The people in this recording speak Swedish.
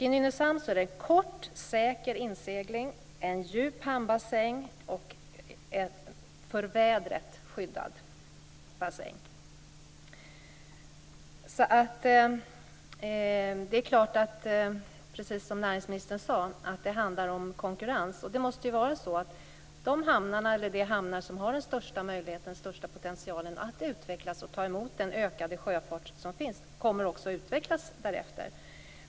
I Nynäshamn är det en kort, säker insegling och en djup och väderskyddad hamnbassäng. Precis som näringsministern sade handlar det om konkurrens, och det måste ju vara så: De hamnar som har den största potentialen att utvecklas och ta emot den ökande sjöfarten kommer också att utvecklas därefter.